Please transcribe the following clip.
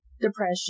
depression